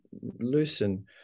loosen